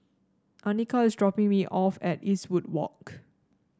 Anika is dropping me off at Eastwood Walk